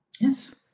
Yes